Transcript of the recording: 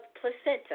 placenta